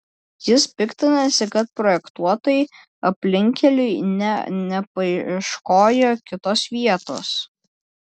jis piktinasi kad projektuotojai aplinkkeliui nė nepaieškojo kitos vietos